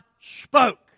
spoke